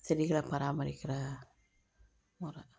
செடிகளை பராமரிக்கிற முற